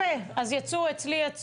זה הסכם שגם משטרת ישראל וגם שב"ס חתמו